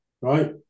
Right